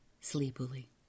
sleepily